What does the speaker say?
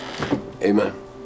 Amen